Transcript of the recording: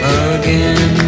again